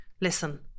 listen